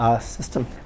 system